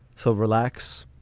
so relax.